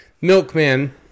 Milkman